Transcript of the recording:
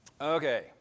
Okay